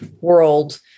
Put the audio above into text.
world